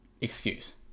excuse